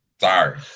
sorry